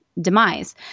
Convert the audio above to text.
demise